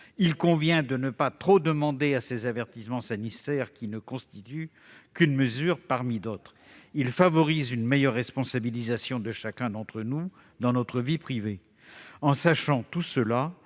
il convient de ne pas trop demander à ces avertissements sanitaires, qui ne constituent qu'une mesure parmi d'autres. Ils favorisent une meilleure responsabilisation de chacun d'entre nous dans notre vie privée. » En gardant tout cela